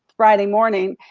friday morning,